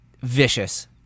vicious